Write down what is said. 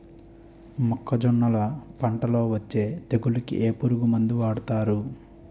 మొక్కజొన్నలు పంట లొ వచ్చే తెగులకి ఏ పురుగు మందు వాడతారు?